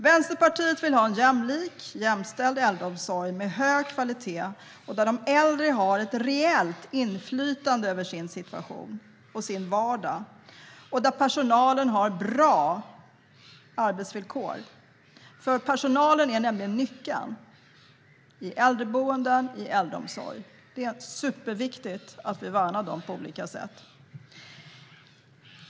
Vänsterpartiet vill ha en jämlik och jämställd äldreomsorg med hög kvalitet, där de äldre har ett reellt inflytande över sin situation och sin vardag och där personalen har bra arbetsvillkor. Personalen är nämligen nyckeln i äldreboenden och i äldreomsorgen. Det är superviktigt att vi värnar dem på olika sätt.